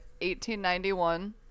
1891